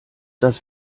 das